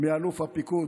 מאלוף הפיקוד.